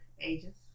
ages